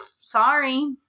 sorry